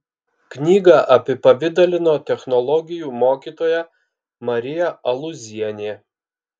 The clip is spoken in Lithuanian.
knygą apipavidalino technologijų mokytoja marija alūzienė